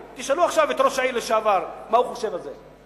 תשאלו עכשיו את ראש העיר לשעבר מה הוא חושב על זה.